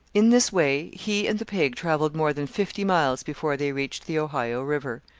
in this way he and the pig travelled more than fifty miles before they reached the ohio river.